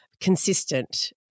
consistent